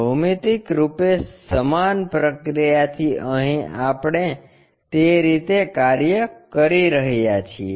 ભૌમિતિક રૂપે સમાન પ્રક્રિયા થી અહીં આપણે તે રીતે કાર્ય કરી રહ્યા છીએ